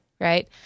right